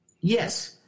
Yes